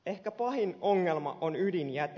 ehkä pahin ongelma on ydinjäte